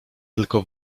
tylko